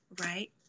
right